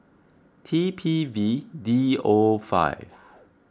T P V D O five